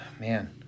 man